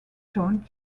joined